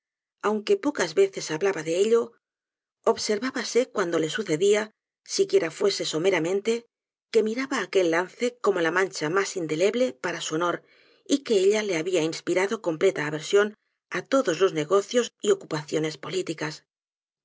aunque pocas veces hablaba de ello observábase cuando le sucedía siquiera fuese someramente que miraba aquel lance como la mancha mas indeleble para su honor y que ella le habia inspirado completa aversión á todos los negocios y ocu paciones políticas